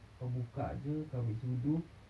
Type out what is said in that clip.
kau buka jer kau ambil sudu